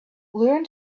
learn